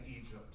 Egypt